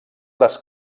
les